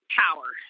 power